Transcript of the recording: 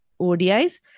ODIs